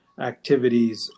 activities